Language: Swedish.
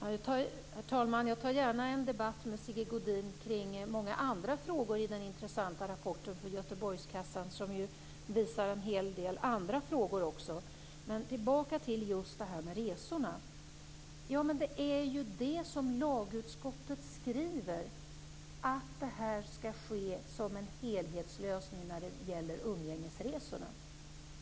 Herr talman! Jag tar gärna en debatt med Sigge Godin kring många andra frågor i den intressanta rapporten från Göteborgskassan, som ju också tar upp en hel del andra frågor. Tillbaka till just frågan om resorna. Det lagutskottet skriver är ju just att det skall vara fråga om en helhetslösning när det gäller umgängesresorna.